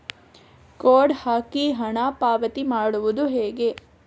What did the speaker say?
Code ಹಾಕಿ ಹಣ ಪಾವತಿ ಮಾಡೋದು ಹೇಗೆ?